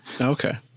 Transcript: Okay